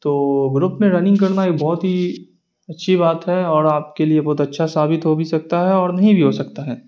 تو گروپ میں رننگ کرنا ایک بہت ہی اچھی بات ہے اور آپ کے لیے بہت اچھا ثابت ہو بھی سکتا ہے اور نہیں بھی ہو سکتا ہے